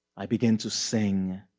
i begin to sing.